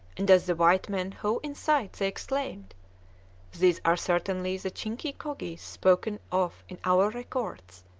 and as the white men hove in sight they exclaimed these are certainly the chinchi cogies spoken of in our records,